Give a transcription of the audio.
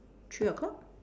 three o-clock